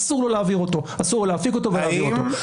אסור לו להפיק אותו ולהעביר אותו.